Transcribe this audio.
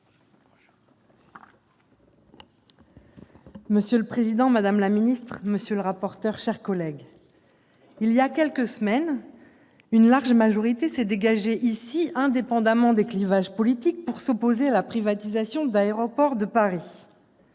Monsieur le président, madame la ministre, monsieur le rapporteur, mes chers collègues, voilà quelques semaines, une large majorité s'est dégagée ici, indépendamment des clivages politiques, pour s'opposer à la privatisation d'Aéroports de Paris.